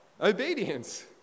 obedience